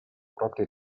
proprie